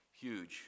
huge